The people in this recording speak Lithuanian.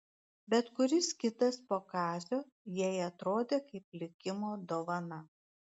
bet kuris kitas po kazio jai atrodė kaip likimo dovana